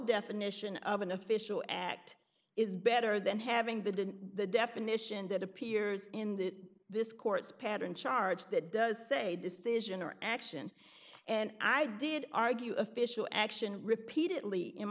definition of an official act is better than having the didn't the definition that appears in the this court's pattern charge that does say decision or action and i did argue official action repeatedly in